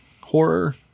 horror